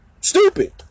Stupid